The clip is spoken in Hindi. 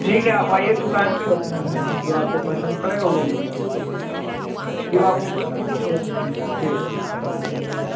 ठीक है आप आइए दुकान पर फ़िर ले लीजिए जो आपको पसंद पड़ेगा वह ले लीजिएगा जो आपको पसंद पड़े वह ले लीजिएगा ठीक है ठीक